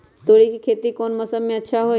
तोड़ी के खेती कौन मौसम में अच्छा होई?